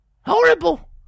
Horrible